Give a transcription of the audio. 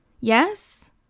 yes